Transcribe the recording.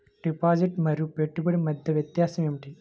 Deposit మరియు పెట్టుబడి మధ్య వ్యత్యాసం ఏమిటీ?